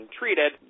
treated